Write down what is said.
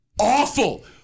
awful